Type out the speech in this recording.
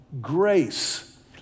grace